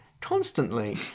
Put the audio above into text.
constantly